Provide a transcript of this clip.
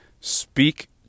speak